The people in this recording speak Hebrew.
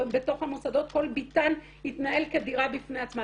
כל ביתן יתנהל כדירה בפני עצמה.